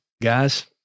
guys